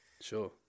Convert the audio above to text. Sure